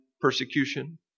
persecution